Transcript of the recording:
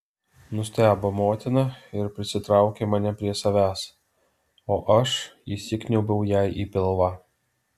nustebo motina ir prisitraukė mane prie savęs o aš įsikniaubiau jai į pilvą